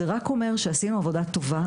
זה רק אומר שעשינו עבודה טובה,